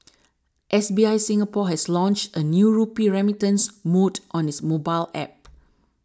S B I Singapore has launched a new rupee remittance mode on its mobile App